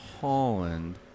Holland